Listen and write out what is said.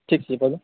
ठीक छै